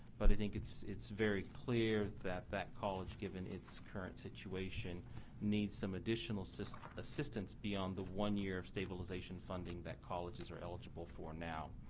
but i think it's it's very clear that that college given it's current situation needs some additional assistance beyond the one year stabilization funding that colleges are eligible for now.